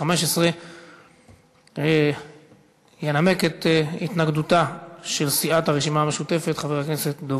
התשע"ה 2014. ההודעה לכנסת נמסרה ביום 29 ביולי 2015. ינמק את התנגדותה של סיעת הרשימה המשותפת חבר הכנסת דב